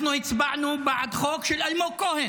אנחנו הצבענו בעד חוק של אלמוג כהן,